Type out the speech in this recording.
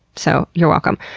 so you're welcome.